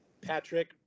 Patrick